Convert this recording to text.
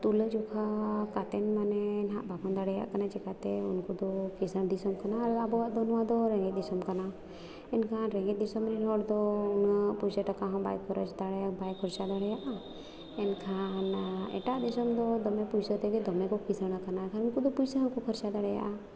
ᱛᱩᱞᱟᱹ ᱡᱚᱠᱷᱟ ᱠᱟᱛᱮᱫ ᱢᱟᱱᱮ ᱦᱟᱸᱜ ᱵᱟᱵᱚᱱ ᱫᱟᱲᱮᱭᱟᱜ ᱠᱟᱱᱟ ᱪᱤᱠᱟᱹᱛᱮ ᱩᱱᱠᱩ ᱫᱚ ᱠᱤᱥᱟᱱ ᱴᱤᱥᱟᱱ ᱠᱷᱚᱱᱟᱜ ᱟᱨ ᱟᱵᱚᱣᱟᱜ ᱫᱚ ᱱᱚᱣᱟ ᱫᱚ ᱨᱮᱸᱜᱮᱡ ᱫᱤᱥᱚᱢ ᱠᱟᱱᱟ ᱮᱱᱠᱷᱟᱱ ᱨᱮᱸᱜᱮᱡ ᱫᱤᱥᱚᱢ ᱨᱮᱱ ᱦᱚᱲ ᱫᱚ ᱩᱱᱟᱹᱜ ᱯᱩᱭᱥᱟᱹ ᱴᱟᱠᱟ ᱦᱚᱸ ᱵᱟᱭ ᱠᱷᱚᱨᱚᱪ ᱫᱟᱲᱮ ᱵᱟᱭ ᱠᱷᱚᱨᱪᱟ ᱫᱟᱲᱮᱭᱟᱜᱼᱟ ᱮᱱᱠᱷᱟᱱ ᱮᱴᱟᱜ ᱫᱤᱥᱚᱢ ᱫᱚ ᱫᱚᱢᱮ ᱯᱩᱭᱥᱟᱹ ᱛᱮᱜᱮ ᱫᱚᱢᱮ ᱠᱚ ᱠᱤᱥᱟᱹᱲᱟᱠᱟᱱᱟ ᱩᱱᱠᱩ ᱫᱚ ᱯᱩᱭᱥᱟᱹ ᱦᱚᱸᱠᱚ ᱠᱷᱚᱨᱪᱟ ᱫᱟᱲᱮᱭᱟᱜᱼᱟ